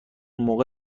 موقع